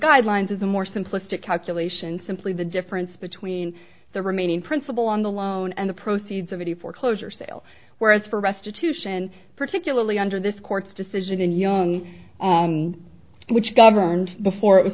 guidelines is a more simplistic calculation simply the difference between the remaining principal on the loan and the proceeds of the foreclosure sale whereas for restitution particularly under this court's decision in young which governed before it was